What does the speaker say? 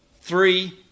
Three